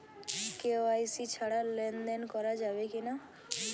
KYC ছাড়া লেনদেন করা যাবে কিনা?